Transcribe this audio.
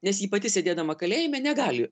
nes ji pati sėdėdama kalėjime negali